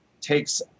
takes